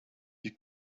you